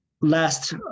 last